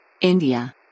India